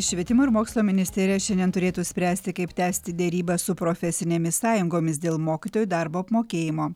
švietimo ir mokslo ministerija šiandien turėtų spręsti kaip tęsti derybas su profesinėmis sąjungomis dėl mokytojų darbo apmokėjimo